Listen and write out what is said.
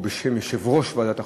בשם יושב-ראש ועדת החוקה,